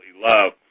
love